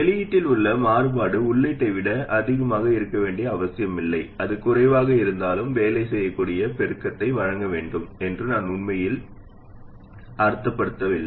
வெளியீட்டில் உள்ள மாறுபாடு உள்ளீட்டை விட அதிகமாக இருக்க வேண்டிய அவசியமில்லை அது குறைவாக இருந்தாலும் வேலை செய்யக்கூடிய பெருக்கத்தை வழங்க வேண்டும் என்று நான் உண்மையில் அர்த்தப்படுத்தவில்லை